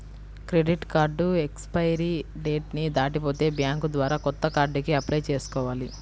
credit card expiry date ని దాటిపోతే bank ద్వారా కొత్త కార్డుకి అప్లై చేసుకోవాలి